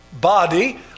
body